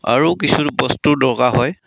আৰু কিছু বস্তুৰ দৰকাৰ হয়